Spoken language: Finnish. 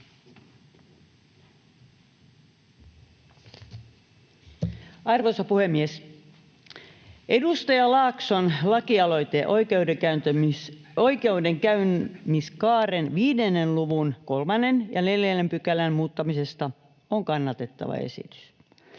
Arvoisa puhemies! Edustaja Laakson lakialoite oikeudenkäymiskaaren 5 luvun 3 ja 4 §:n muuttamisesta on kannatettava esitys.